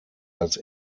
als